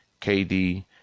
KD